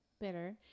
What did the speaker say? bitter